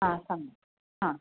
हा सम्यक् हा